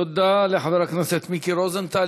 תודה לחבר הכנסת מיקי רוזנטל.